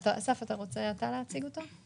אתה רוצה להציג אותו?